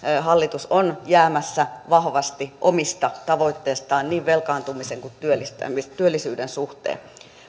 hallitus on jäämässä vahvasti omista tavoitteistaan niin velkaantumisen kuin työllisyyden suhteen